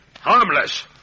Harmless